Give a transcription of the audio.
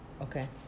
Okay